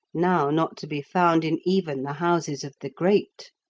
now not to be found in even the houses of the great.